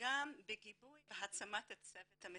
וגם בגיבוי ובהעצמת הצוות המטפל,